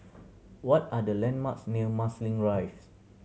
what are the landmarks near Marsiling Rise